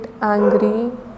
angry